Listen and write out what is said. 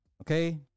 okay